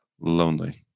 lonely